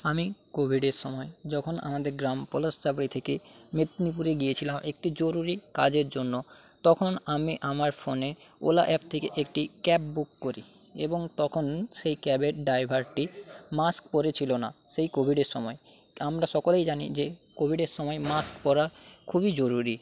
আমি কোভিডের সময় যখন আমাদের গ্রাম পলাশসাবড়ি থেকে মেদিনীপুরে গিয়েছিলাম একটি জরুরী কাজের জন্য তখন আমি আমার ফোনে ওলা অ্যাপ থেকে একটি ক্যাব বুক করি এবং তখন সেই ক্যাবের ডাইভারটি মাস্ক পরে ছিলো না সেই কোভিডের সময় আমরা সকলেই জানি যে কোভিডের সময় মাস্ক পরা খুবই জরুরী